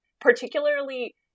Particularly